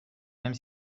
même